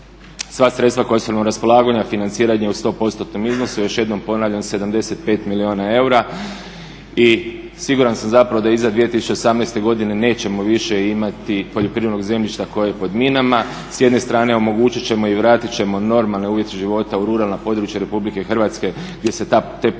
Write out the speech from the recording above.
sva sredstva koja su nam na raspolaganju financiranje u 100%-om iznosu, još jednom ponavljam, 75 milijuna eura i siguran sam da iza 2018.godine nećemo više imati poljoprivrednog zemljišta koje je pod minama. S jedne strane omogućit ćemo i vratiti normalne uvjete života u ruralna područja RH gdje se te površine